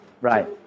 Right